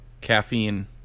Caffeine